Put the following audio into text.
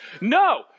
No